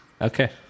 okay